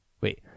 Wait